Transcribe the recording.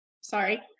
sorry